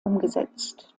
umgesetzt